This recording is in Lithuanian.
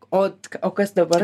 o o kas dabar